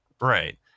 right